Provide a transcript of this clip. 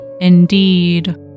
indeed